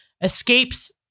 escapes